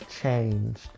changed